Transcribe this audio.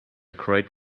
great